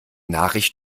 nachricht